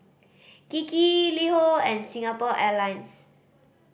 Kiki LiHo and Singapore Airlines